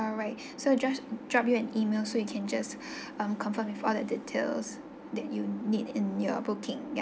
alright so just drop you an email so you can just um confirm with all the details that you need in your booking yup